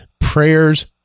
prayers